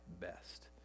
best